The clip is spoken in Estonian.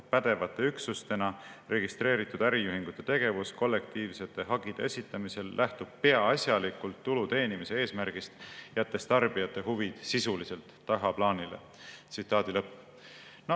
pädevate üksustena registreeritud äriühingute tegevus kollektiivsete hagide esitamisel lähtub peaasjalikult tulu teenimise eesmärgist, jättes tarbijate huvid sisuliselt tagaplaanile." Ministeerium